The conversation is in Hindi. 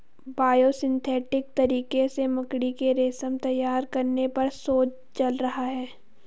बायोसिंथेटिक तरीके से मकड़ी के रेशम तैयार करने पर शोध चल रहा है